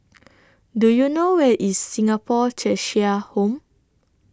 Do YOU know Where IS Singapore Cheshire Home